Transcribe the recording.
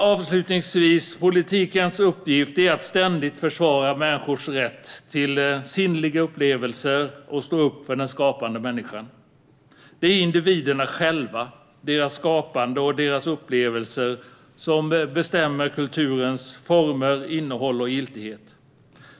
Avslutningsvis: Politikens uppgift är att ständigt försvara människors rätt till sinnliga upplevelser och stå upp för den skapande människan. Det är individerna själva, deras skapande och deras upplevelser, som bestämmer kulturens former, innehåll och giltighet.